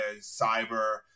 cyber